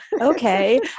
okay